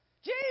Jesus